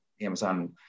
Amazon